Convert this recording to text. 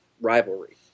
rivalry